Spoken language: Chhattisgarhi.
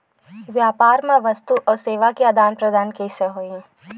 व्यापार मा वस्तुओ अउ सेवा के आदान प्रदान कइसे होही?